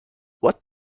what